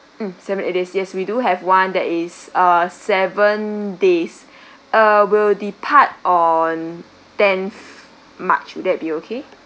mm seven eight days yes we do have one that is uh seven days uh will depart on tenth march will that be okay